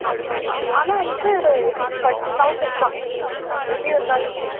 ஆ அப் ஆனால் வந்துட்டு இது இப்போ தௌசண்ட் தான் எப்படி வந்தாலுமே